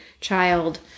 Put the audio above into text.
child